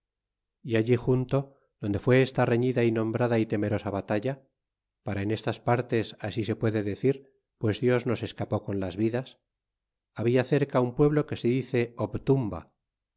y allí junto donde fué esta reñida y nombrada y temerosa batalla para en estas partes así se puede decir pues dios nos escapó con las vidas habia cerca un pueblo que se dice obtumba